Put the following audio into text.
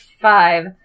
five